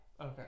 Okay